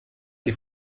die